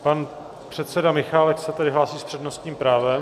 Pan předseda Michálek se tedy hlásí s přednostním právem.